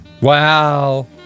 Wow